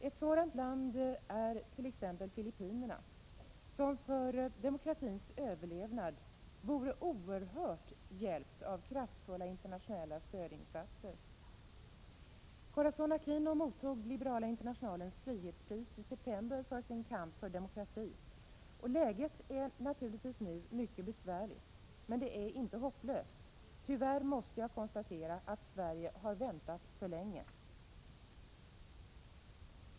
Ett sådant land är Filippinerna, som för demokratins överlevnad vore oerhört hjälpt av kraftfulla internationella stödinsatser. Corazön Aquino mottog Liberala internationalens frihetspris i september för sin kamp för demokrati. Läget är naturligtvis mycket besvärligt, men det är inte hopplöst. Tyvärr måste jag konstatera att Sverige har väntat för länge.